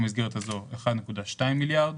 לא הייתה הבחנה בין הרשויות.